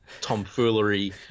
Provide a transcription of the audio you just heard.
Tomfoolery